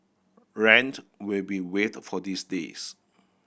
rent will be waived for these days